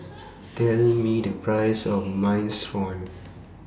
Tell Me The Price of Minestrone